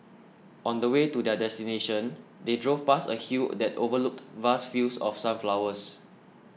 on the way to their destination they drove past a hill that overlooked vast fields of sunflowers